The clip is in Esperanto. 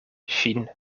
ŝin